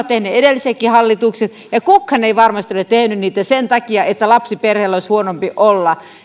tehneet edellisetkin hallitukset ja kukaan ei varmasti ole tehnyt niitä sen takia että lapsiperheillä olisi huonompi olla